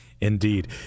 Indeed